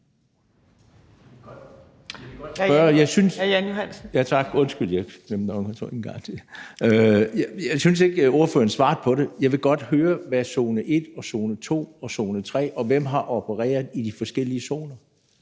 Jeg synes ikke, ordføreren svarede på det. Jeg vil godt høre om zone 1 og zone 2 og zone 3, og hvem der har opereret i de forskellige zoner.